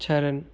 Charan